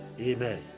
Amen